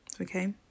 okay